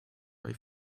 ray